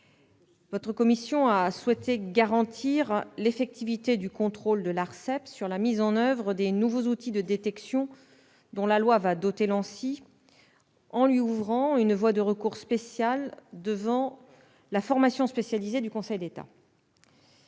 Votre commission a souhaité garantir l'effectivité du contrôle de l'ARCEP sur la mise en oeuvre des nouveaux outils de détection dont la loi va doter l'ANSSI, en lui ouvrant une voie de recours spécial devant la formation spécialisée du Conseil d'État.